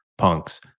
punks